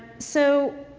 so,